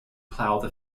plough